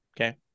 okay